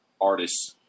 artists